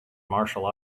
martial